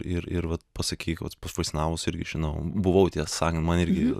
ir ir vat pasakyk vat pas vaišnavus irgi žinau buvau tiesą sakant man irgi